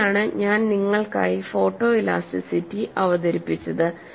ഇങ്ങനെയാണ് ഞാൻ നിങ്ങൾക്കായി ഫോട്ടോ ഇലാസ്റ്റിറ്റി അവതരിപ്പിച്ചത്